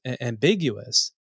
ambiguous